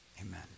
Amen